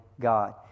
God